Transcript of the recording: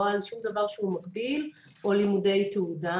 לא על שום דבר שהוא מקביל או לימודי תעודה.